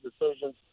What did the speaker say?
decisions